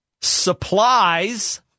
supplies